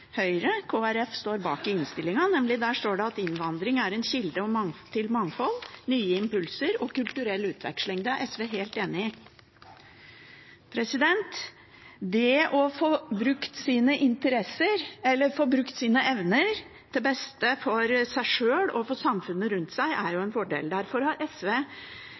Høyre og Kristelig Folkeparti står bak i innstillingen, nemlig at innvandring er en kilde til mangfold, nye impulser og kulturell utveksling. Det er SV helt enig i. Det å få brukt sine evner til beste for seg sjøl og samfunnet rundt seg, er en fordel. Derfor har SV